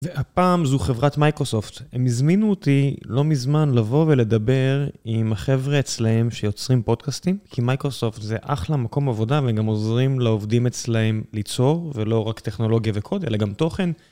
והפעם זו חברת מייקרוסופט. הם הזמינו אותי לא מזמן לבוא ולדבר עם החבר'ה אצלהם שיוצרים פודקאסטים, כי מייקרוסופט זה אחלה מקום עבודה, והם גם עוזרים לעובדים אצלהם ליצור, ולא רק טכנולוגיה וקוד, אלא גם תוכן.